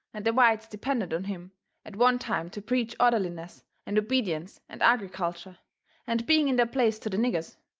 and the whites depended on him at one time to preach orderliness and obedience and agriculture and being in their place to the niggers.